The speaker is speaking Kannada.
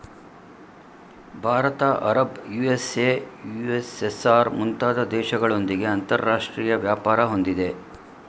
ಭಾರತ ಅರಬ್, ಯು.ಎಸ್.ಎ, ಯು.ಎಸ್.ಎಸ್.ಆರ್, ಮುಂತಾದ ದೇಶಗಳೊಂದಿಗೆ ಅಂತರಾಷ್ಟ್ರೀಯ ವ್ಯಾಪಾರ ಹೊಂದಿದೆ